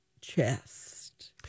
chest